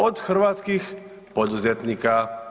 Od hrvatskih poduzetnika.